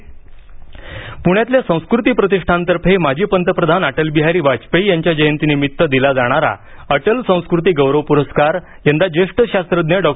माशेलकर प्रस्कार प्ण्यातल्या संस्कृती प्रतिष्ठानतर्फे माजी पंतप्रधान अटलबिहारी वाजपेयी यांच्या जयंतीनिमित्त दिला जाणारा अटल संस्कृती गौरव पुरस्कार यंदा ज्येष्ठ शास्त्रज्ञ डॉ